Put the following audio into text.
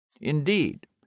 Indeed